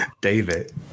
David